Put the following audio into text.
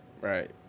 Right